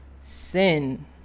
sin